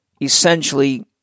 essentially